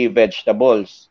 vegetables